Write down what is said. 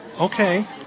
okay